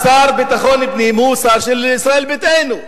השר לביטחון פנים הוא שר של ישראל ביתנו,